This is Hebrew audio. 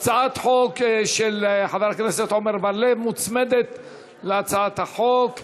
הצעת חוק של חבר הכנסת עמר בר-לב מוצמדת להצעת חוק זו.